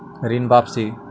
ऋण वापसी?